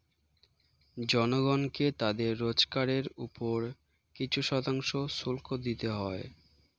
জনগণকে তাদের রোজগারের উপর কিছু শতাংশ শুল্ক দিতে হয়